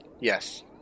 Yes